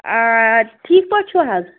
آ ٹھیٖک پٲٹھۍ چھُو حظ